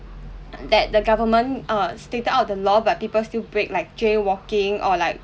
that the government err stated out the law but people still break like jaywalking or like